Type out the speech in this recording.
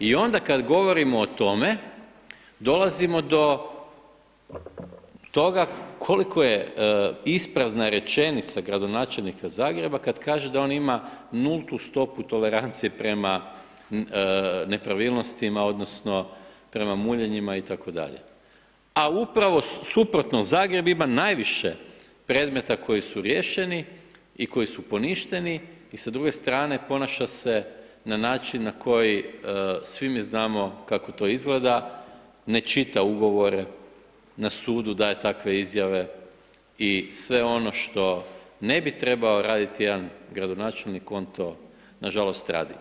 I onda kad govorimo o tome, dolazimo do toga koliko je isprazna rečenica gradonačelnika Zagreba kad kaže da on ima nultu stopu tolerancije prema nepravilnostima odnosno prema muljanjima itd. a upravo suprotno, Zagreb ima najviše predmeta koji su riješeni i koji su poništeni i sa druge strane, ponaša se na način na koji svi mi znamo kako to izgleda, ne čita ugovore, na sudu daje takve izjave i sve ono što ne bi trebao raditi jedan gradonačelnik, on to nažalost radi.